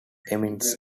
eminence